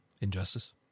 Injustice